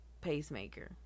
pacemaker